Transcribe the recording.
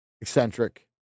eccentric